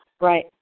right